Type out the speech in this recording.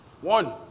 One